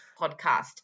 podcast